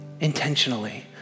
intentionally